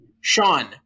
Sean